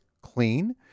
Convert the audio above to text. clean